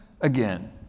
again